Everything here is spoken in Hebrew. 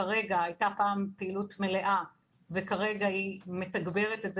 הייתה בה פעם פעילות מלאה וכרגע היא מתגברת את זה